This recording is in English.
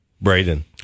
Braden